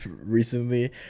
recently